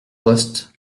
poste